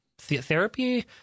Therapy